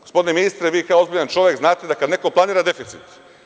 Gospodine ministre, vi kao ozbiljan čovek znate kada neko planira deficit…